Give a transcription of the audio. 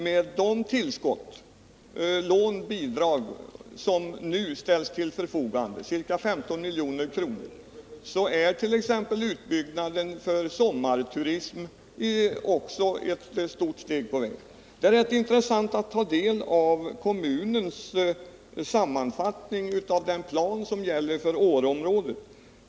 Med det tillskott som nu ställs till förfogande på ca 15 milj.kr. främjas t.ex. en utbyggnad för sommarturism, och det är också ett stort steg på väg. Det är rätt intressant att ta del av kommunens sammanfattning av den plan som gäller för Åreområdet.